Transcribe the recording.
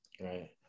right